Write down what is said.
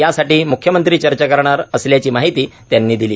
यासाठी मुख्यमंत्री चर्चा करणार असल्याची माहिती त्यांनी दिली